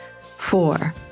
Four